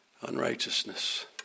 unrighteousness